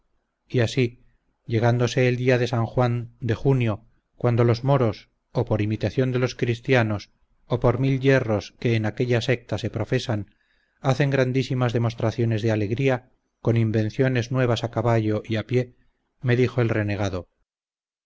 y así llegándose el día de san juan de junio cuando los moros o por imitación de los cristianos o por mil yerros que en aquella secta se profesan hacen grandísimas demostraciones de alegría con invenciones nuevas a caballo y a pie me dijo el renegado